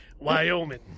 Wyoming